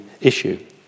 issue